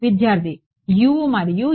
విద్యార్థి యు మరియు యు